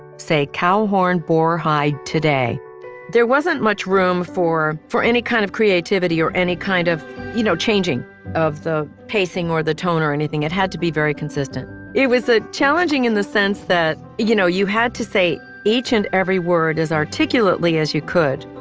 say cow horn boar hide today there wasn't much room for for any kind of creativity or any kind of you know changing of the pacing or the tone or anything. it had to be very consistent it was a challenging in the sense that you know you had to say each and every word is articulately as you could.